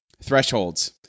thresholds